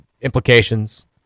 implications